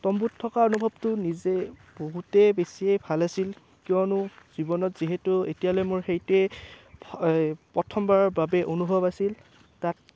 টম্বুত থকা অনুভৱটো নিজেই বহুতেই বেছিয়েই ভাল আছিল কিয়নো জীৱনত যিহেতু এতিয়ালৈ মোৰ সেইটোৱে প্ৰথমবাৰৰ বাবে অনুভৱ আছিল তাত